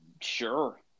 Sure